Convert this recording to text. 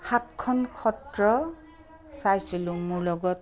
সাতখন সত্ৰ চাইছিলোঁ মোৰ লগত